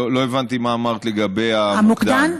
לא הבנתי מה אמרת לגבי המוקדן.